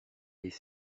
des